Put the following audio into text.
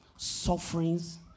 sufferings